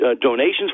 donations